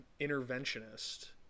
interventionist